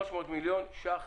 300 מיליון שקל